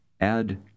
Add